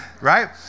right